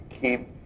keep